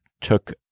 took